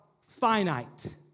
finite